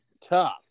Tough